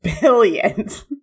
billions